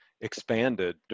expanded